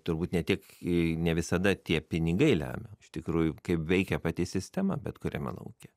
turbūt ne tik i ne visada tie pinigai lemia iš tikrųjų kaip veikia pati sistema bet kuriame lauke